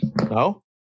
no